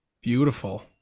Beautiful